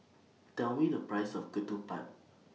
Tell Me The Price of Ketupat